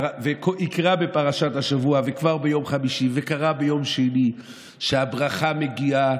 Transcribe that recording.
ויקרא בפרשת השבוע וכבר ביום חמישי וקרא ביום שני שהברכה מגיעה